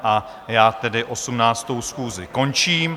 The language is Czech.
A já tedy 18. schůzi končím.